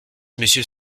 monsieur